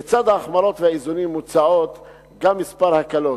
בצד ההחמרות והאיזונים מוצעות גם כמה הקלות.